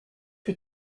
que